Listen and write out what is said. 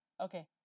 okay